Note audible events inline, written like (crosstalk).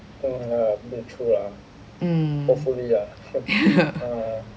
mm (laughs)